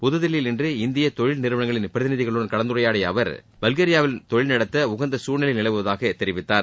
புதுதில்லியில் இன்று இந்திய தொழில்நிறுவனங்களின் பிரதிநிதிகளுடன் கலந்துரையாடிய பல்கேரியாவில் தொழில்நடத்த உகந்த சூழ்நிலை நிலவுவதாக தெரிவித்தார்